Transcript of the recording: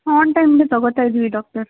on ಟೈಮಿಗೆ ತೊಗೋತಾ ಇದ್ದೀವಿ ಡಾಕ್ಟರ್